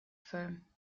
firm